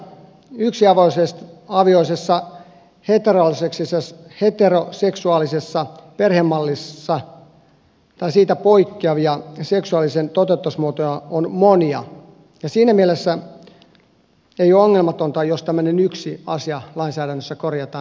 perinteisestä yksiavioisesta heteroseksuaalisesta perhemallista poikkeavia seksuaalisuuden toteuttamismuotoja on monia ja siinä mielessä ei ole ongelmatonta jos tämmöinen yksi asia lainsäädännössä korjataan